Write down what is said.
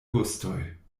gustoj